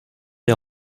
des